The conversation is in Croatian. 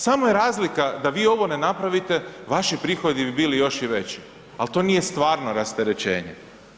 Samo je razlika da vi ovo ne napravite vaši prihodi bi bili još i veći ali to nije stvarno rasterećenje.